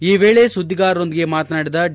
ಈ ವೇಳೆ ಸುದ್ವಿಗಾರರೊಂದಿಗೆ ಮಾತನಾಡಿದ ಡಿ